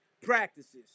practices